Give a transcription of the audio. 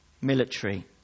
military